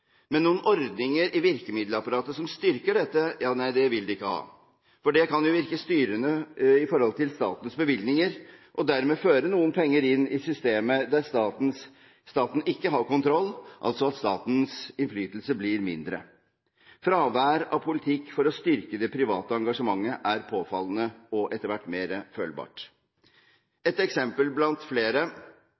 Men noen ordninger i virkemiddelapparatet som styrker dette, vil man ikke ha. Det kan jo virke styrende på statens bevilgninger og dermed føre noen penger inn i systemet der staten ikke har kontroll – altså at statens innflytelse blir mindre. Fraværet av politikk for å styrke det private engasjementet er påfallende og etter hvert mer følbart. Et eksempel blant flere